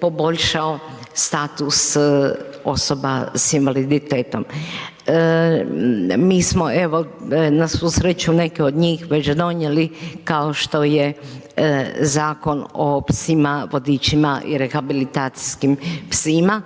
poboljšao status osoba s invaliditetom. Mi smo, evo, na svu sreću neke od njih, već donijeli, kao što je Zakon o psima vodičima, i rehabilitacijskim psima